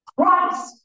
Christ